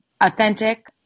authentic